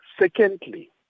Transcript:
Secondly